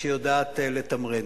שיודעת לתמרן.